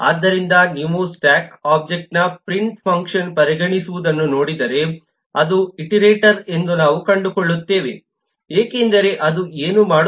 ಆದ್ದರಿಂದ ನೀವು ಸ್ಟ್ಯಾಕ್ ಒಬ್ಜೆಕ್ಟ್ನ ಪ್ರಿಂಟ್ ಫಂಕ್ಷನ್ ಪರಿಗಣಿಸುವುದನ್ನು ನೋಡಿದರೆ ಅದು ಇಟರೇಟರ್ ಎಂದು ನಾವು ಕಂಡುಕೊಳ್ಳುತ್ತೇವೆ ಏಕೆಂದರೆ ಅದು ಏನು ಮಾಡುತ್ತದೆ